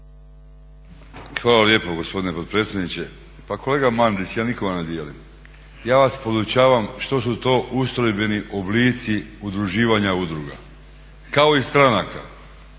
Hvala lijepo gospodine potpredsjedniče. Pa kolega Mandić ja nikoga ne dijelim. Ja vas podučavam što su to ustrojbeni oblici udruživanja udruga kao i stranaka.